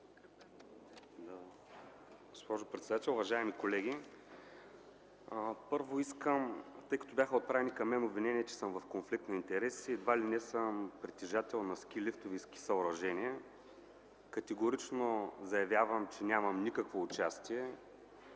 Госпожо председател, уважаеми колеги! Първо, тъй като към мен бяха отправени обвинения, че съм в конфликт на интереси и едва ли не съм притежател на ски-лифтове и ски-съоръжения, категорично заявявам, че нямам никакво участие